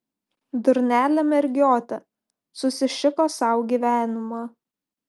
durnelė mergiotė susišiko sau gyvenimą